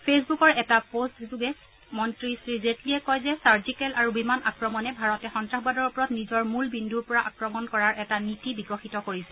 ফেচবুকৰ এটা পোষ্ট যোগে মন্ত্ৰী শ্ৰীজেটলীয়ে কয় যে চাৰ্জিকেল আৰু বিমান আক্ৰমণ ভাৰতে সন্ত্ৰাসবাদৰ ওপৰত নিজৰ মূল বিন্দুৰ পৰা আক্ৰমণ কৰাৰ এটা নীতি বিকশিত কৰিছে